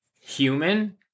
human